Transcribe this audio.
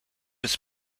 des